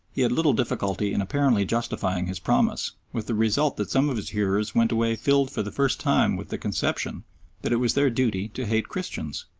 he had little difficulty in apparently justifying his promise, with the result that some of his hearers went away filled for the first time with the conception that it was their duty to hate christians.